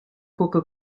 coca